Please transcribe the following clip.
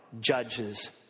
judges